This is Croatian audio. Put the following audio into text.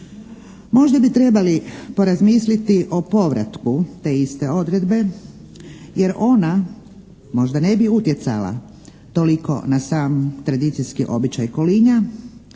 Možda bi trebali porazmisliti o povratku te iste odredbe jer ona možda ne bi utjecala toliko na sam tradicijski običaj kolinja,